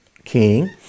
king